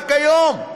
רק היום,